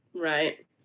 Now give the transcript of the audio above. Right